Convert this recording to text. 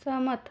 सहमत